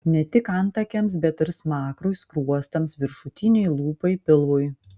ne tik antakiams bet ir smakrui skruostams viršutinei lūpai pilvui